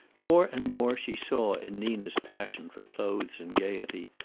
more and more she saw in nina's passion for clothes and gaiety,